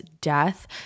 death